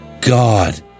God